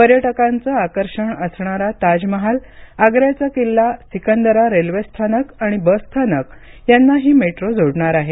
पर्यटकांचं आकर्षण असणारा ताजमहाल आग्र्याचा किल्ला सिकंदरा रेल्वे स्थानक आणि बसस्थानक यांना ही मेट्रो जोडणार आहे